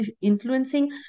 influencing